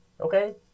Okay